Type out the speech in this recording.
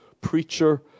preacher